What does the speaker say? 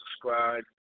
subscribe